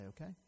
okay